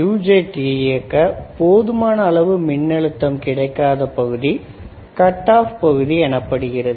UJT யை இயக்க போதுமான அளவு மின்னழுத்தம் கிடைக்காத பகுதி கட் ஆஃப் பகுதி எனப்படுகிறது